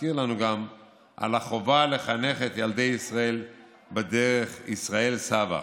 מזכיר לנו גם את החובה לחנך את ילדי ישראל בדרך ישראל סבא,